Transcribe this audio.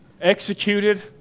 executed